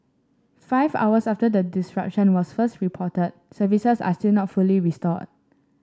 five hours after the disruption was first reported services are still not fully restored